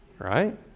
right